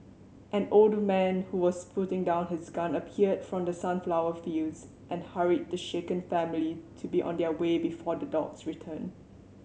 an old man who was putting down his gun appeared from the sunflower fields and hurried the shaken family to be on their way before the dogs return